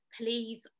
please